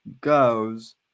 goes